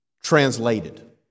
translated